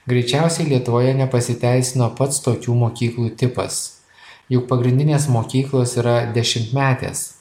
greičiausiai lietuvoje nepasiteisino pats tokių mokyklų tipas juk pagrindinės mokyklos yra dešimtmetės